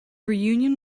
reunion